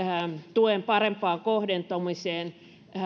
tuen parempaan kohdentumiseen